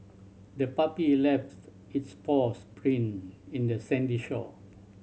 the puppy left its paws print in the sandy shore